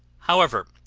however,